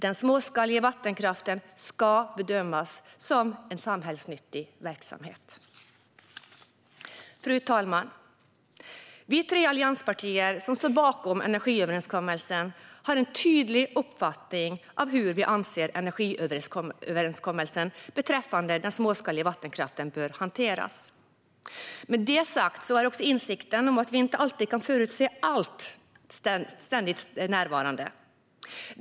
Den småskaliga vattenkraften ska bedömas som en samhällsnyttig verksamhet. Fru talman! Vi tre allianspartier som står bakom energiöverenskommelsen har en tydlig uppfattning av hur vi anser att energiöverenskommelsen beträffande den småskaliga vattenkraften bör hanteras. Med det sagt är också insikten om att vi inte alltid kan förutse allt ständigt närvarande.